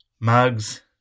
Mugs